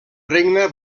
regne